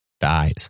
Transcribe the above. dies